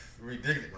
ridiculous